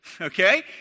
Okay